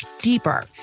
deeper